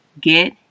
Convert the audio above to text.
get